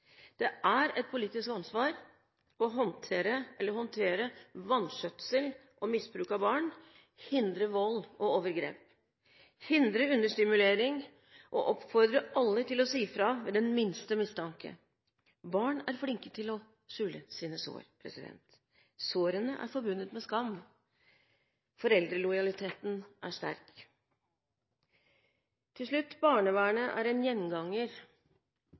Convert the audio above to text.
Det er et politisk ansvar å håndtere vanskjøtsel og misbruk av barn, hindre vold og overgrep, hindre understimulering og oppfordre alle til å si fra ved den minste mistanke. Barn er flinke til å skjule sine sår. Sårene er forbundet med skam, og foreldrelojaliteten er sterk. Til slutt: Barnevernet er en gjenganger